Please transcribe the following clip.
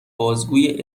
بازگویه